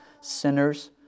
sinners